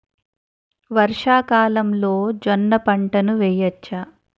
వర్షాకాలంలో జోన్న పంటను వేయవచ్చా?